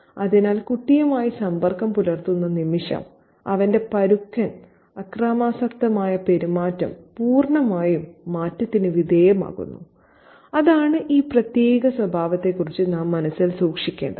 അതിനാൽ കുട്ടിയുമായി സമ്പർക്കം പുലർത്തുന്ന നിമിഷം അവന്റെ പരുക്കൻ അക്രമാസക്തമായ പെരുമാറ്റം പൂർണ്ണമായും മാറ്റത്തിന് വിധേയമാകുന്നു അതാണ് ഈ പ്രത്യേക സ്വഭാവത്തെക്കുറിച്ച് നാം മനസ്സിൽ സൂക്ഷിക്കേണ്ടത്